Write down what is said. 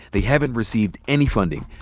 they haven't received any funding.